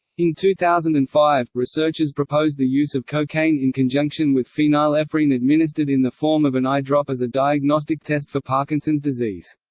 in two thousand and five, researchers proposed the use of cocaine in conjunction with phenylephrine administered in the form of an eye drop as a diagnostic test for parkinson's disease.